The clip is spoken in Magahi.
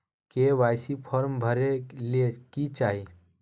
के.वाई.सी फॉर्म भरे ले कि चाही?